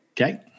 Okay